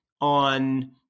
on